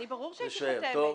ברור שהייתי חותמת.